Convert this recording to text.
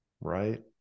right